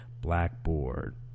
blackboard